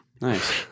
Nice